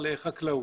היום יש פיתוח שם.